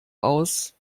aus